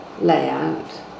layout